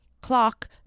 clock